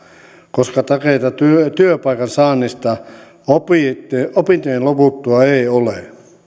koska takeita työpaikan saannista opintojen loputtua ei ole